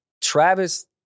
Travis